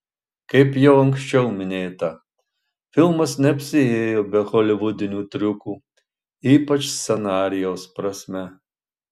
kaip jau anksčiau minėta filmas neapsiėjo be holivudinių triukų ypač scenarijaus prasme